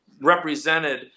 represented